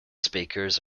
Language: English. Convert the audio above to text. speakers